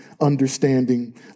understanding